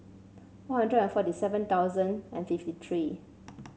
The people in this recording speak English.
One Hundred and forty seven thousand and fifty three